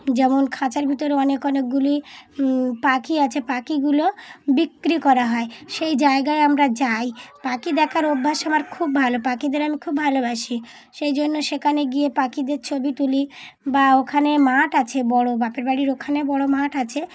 যেমন খাঁচার ভিতরে অনেক অনেকগুলি পাখি আছে পাখিগুলো বিক্রি করা হয় সেই জায়গায় আমরা যাই পাখি দেখার অভ্যাস আমার খুব ভালো পাখিদের আমি খুব ভালোবাসি সেই জন্য সেখানে গিয়ে পাখিদের ছবি তুলি বা ওখানে মাঠ আছে বড়ো বাপের বাড়ির ওখানে বড়ো মাঠ আছে